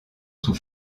sous